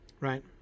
Right